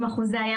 אם החוזה היה,